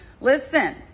Listen